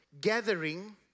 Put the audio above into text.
gathering